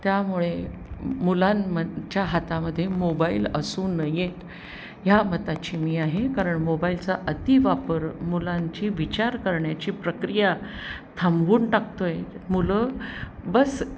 त्यामुळे मुलांच्या हातामध्ये मोबाईल असू नयेत ह्या मताची मी आहे कारण मोबाईलचा अति वापर मुलांची विचार करण्याची प्रक्रिया थांबवून टाकतो आहे मुलं बस